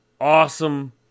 Awesome